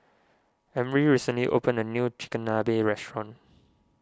Emry recently opened a new Chigenabe restaurant